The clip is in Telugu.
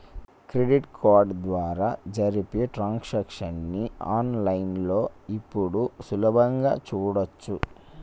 క్రెడిట్ కార్డు ద్వారా జరిపే ట్రాన్సాక్షన్స్ ని ఆన్ లైన్ లో ఇప్పుడు సులభంగా చూడచ్చు